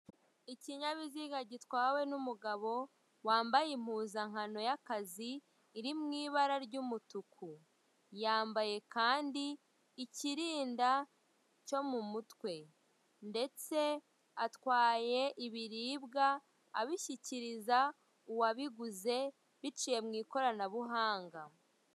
Ikinyabiziga gitwawe n'umugabo wambaye impuzankano y'akazi, iri mu ibara ry'umutuku, yambaye kandi ikirinda cyo mu mutwe, ndetse atwaye ibibiribwa abishyikiriza uwabiguze biciye mu ikoranabuhanga.